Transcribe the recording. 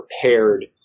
prepared